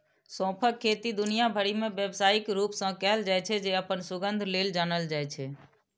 सौंंफक खेती दुनिया भरि मे व्यावसायिक रूप सं कैल जाइ छै, जे अपन सुगंध लेल जानल जाइ छै